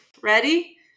Ready